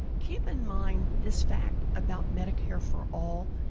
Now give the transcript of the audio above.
keep in mind, this fact about medicare for all,